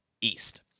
East